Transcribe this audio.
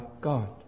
God